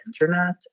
internet